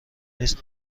نیست